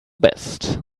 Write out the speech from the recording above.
best